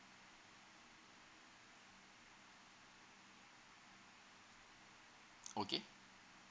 okay